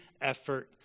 effort